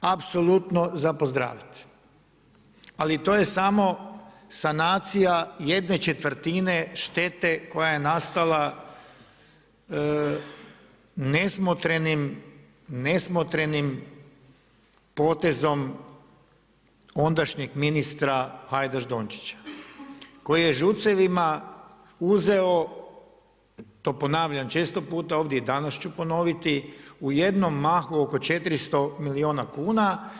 Apsolutno za pozdraviti, ali to je samo sanacija jedne četvrtine štete koja je nastala nesmotrenim potezom ondašnjeg ministra Hajdaš Dončića koji je ŽUC-evima uzeo, to ponavljam često puta ovdje i danas ću ponoviti, u jednom mahu oko 400 milijuna kuna.